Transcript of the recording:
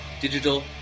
Digital